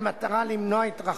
והכול תוך